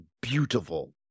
beautiful